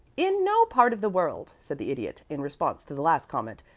in no part of the world, said the idiot, in response to the last comment,